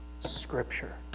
Scripture